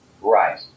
Right